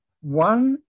one